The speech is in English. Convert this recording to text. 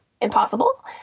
impossible